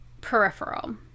peripheral